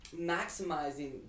maximizing